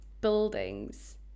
buildings